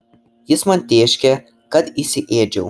jis man tėškė kad įsiėdžiau